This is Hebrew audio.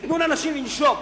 תיתנו לאנשים לנשום,